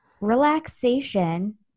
Relaxation